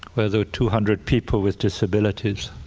where there were two hundred people with disabilities.